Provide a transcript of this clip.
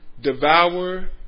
devour